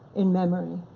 in memory.